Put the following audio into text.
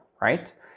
right